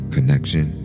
Connection